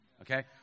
Okay